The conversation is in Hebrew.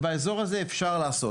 באזור הזה אפשר לעשות.